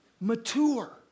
mature